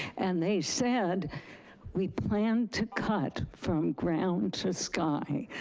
and they said we plan to cut from ground to sky.